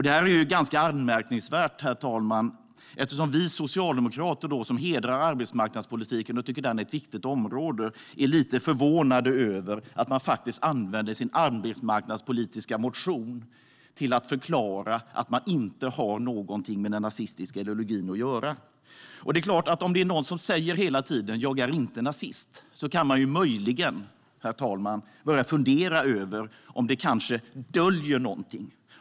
Detta är ganska anmärkningsvärt, herr talman. Vi socialdemokrater, som hedrar arbetsmarknadspolitiken och tycker att den är ett viktigt område, är lite förvånade över att man använder sin arbetsmarknadspolitiska motion till att förklara att man inte har någonting med den nazistiska ideologin att göra. Det är klart: Om någon hela tiden säger att han eller hon inte är nazist kan man möjligen börja fundera över om det kanske döljer någonting.